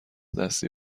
دستی